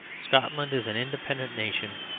scotland is an independent nation,